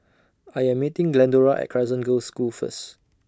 I Am meeting Glendora At Crescent Girls' School First